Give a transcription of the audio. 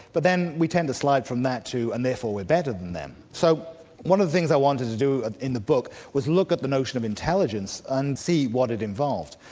but then we tend to slide from that to and therefore we're better than them. so one of the things i wanted to do in the book was look at the notion of intelligence and see what it involved.